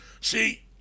See